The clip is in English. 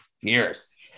fierce